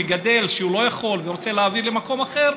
מגדל שהוא לא יכול ורוצה להעביר למקום אחר,